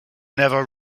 never